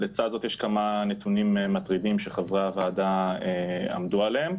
לצד זאת יש כמה נתונים מטרידים שחברי הוועדה עמדו עליהם.